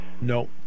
No